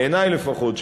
בעיני לפחות,